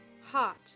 hot